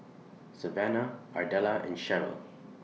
Savanna Ardella and Sheryl